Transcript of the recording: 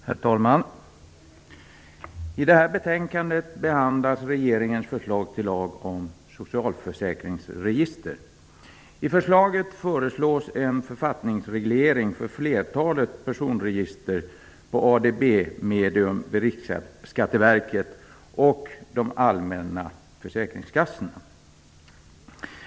Herr talman! I detta betänkande behandlas regeringens förslag till lag om socialförsäkringsregister. Där föreslås en författningsreglering för flertalet personregister på ADB-medium vid Riksförsäkringsverket och de allmänna försäkringskassorna.